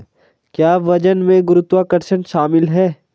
क्या वजन में गुरुत्वाकर्षण शामिल है?